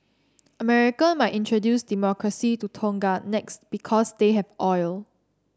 American might introduce democracy to Tonga next because they have oil